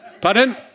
Pardon